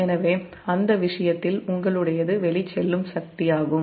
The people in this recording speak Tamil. எனவே அந்த விஷயத்தில் உங்களுடையது வெளிச்செல்லும் சக்தி யாகும்